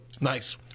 nice